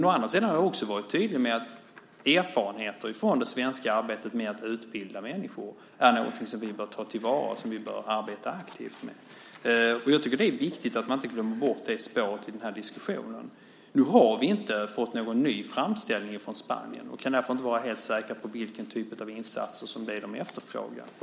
Å andra sidan har jag också varit tydlig med att erfarenheter från det svenska arbetet med att utbilda människor är något som vi bör ta till vara och arbeta aktivt med. Det är viktigt att man inte glömmer bort det spåret i diskussionen. Nu har vi inte fått någon ny framställning från Spanien och kan därför inte vara helt säkra på vilken typ av insatser de efterfrågar.